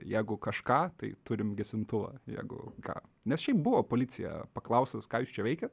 jeigu kažką tai turim gesintuvą jeigu ką nes šiaip buvo policija paklaustas ką jūs čia veikiat